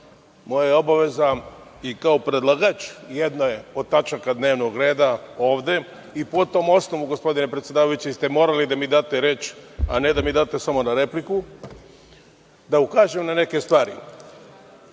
moja je obaveza i kao predlagač jedne od tačaka dnevnog reda ovde, i po tom osnovu, gospodine predsedavajući, vi ste morali da mi date reč, a ne da mi date samo repliku, da ukažem na neke stvari. Vrlo